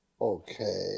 Okay